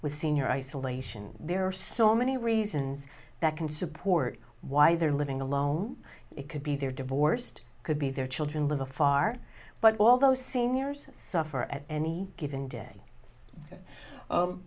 with senior isolation there are so many reasons that can support why they're living alone it could be they're divorced could be their children with a far but although seniors suffer at any given d